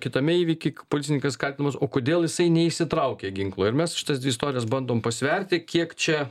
kitame įvyky policininkas kaltinamas o kodėl jisai neišsitraukė ginklo ir mes šitas istorijas bandom pasverti kiek čia